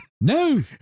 No